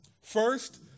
First